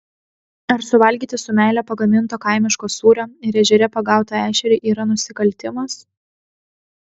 ar suvalgyti su meile pagaminto kaimiško sūrio ir ežere pagautą ešerį yra nusikaltimas